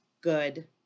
good